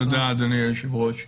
תודה, אדוני היושב-ראש.